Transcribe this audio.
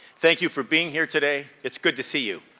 thank you for being here today. it's good to see you.